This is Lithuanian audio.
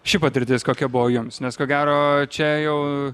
ši patirtis kokia buvo jums nes ko gero čia jau